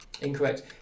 Incorrect